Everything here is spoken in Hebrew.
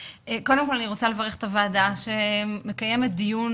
קודם כל אני רוצה לברך את הוועדה שמקיימת דיון